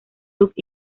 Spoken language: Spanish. look